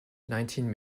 nineteen